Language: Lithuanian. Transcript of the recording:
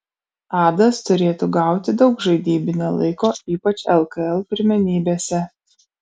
adas turėtų gauti daug žaidybinio laiko ypač lkl pirmenybėse